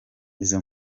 izo